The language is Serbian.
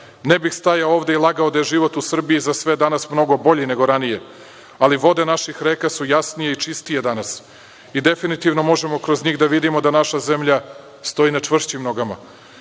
Ne bih stajao ovde i lagao da je život u Srbiji za sve danas mnogo bolji nego ranije, ali vode naših reka su jasnije i čistije danas i definitivno možemo kroz njih da vidimo da naša zemalja stoji na čvršćim nogama. Uspeli